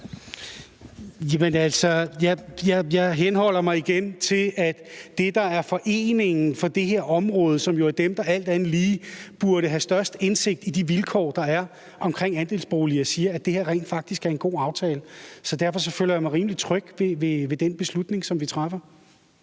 jeg henholder mig igen til, at det, der er foreningen på det her område, som jo er den, der alt andet lige burde have størst indsigt i de vilkår, der er, omkring andelsboliger, siger, at det her rent faktisk er en god aftale. Derfor føler jeg mig rimelig tryg ved den beslutning, som vi træffer.